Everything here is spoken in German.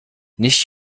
nicht